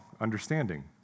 understanding